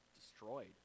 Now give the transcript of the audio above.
destroyed